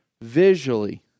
visually